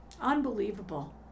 Unbelievable